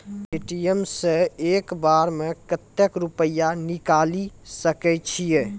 ATM सऽ एक बार म कत्तेक रुपिया निकालि सकै छियै?